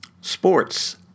sports